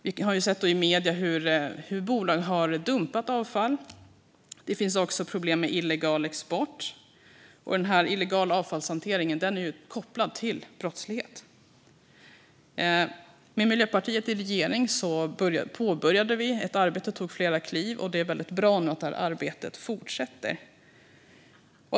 Vi har i medierna sett hur bolag har dumpat avfall. Det finns också problem med illegal export. Den illegala avfallshanteringen är kopplad till brottslighet. Med Miljöpartiet i regering påbörjade vi ett arbete som tog flera kliv. Det är bra att arbetet fortsätter.